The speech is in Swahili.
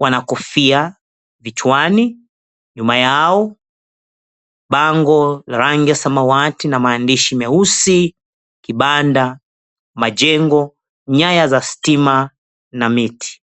wana kofia kichwani, nyuma yao, bango la rangi ya samawati na maandishi meusi, kibanda, majengo, nyaya za stima, na miti.